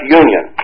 union